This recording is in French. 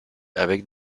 avec